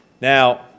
Now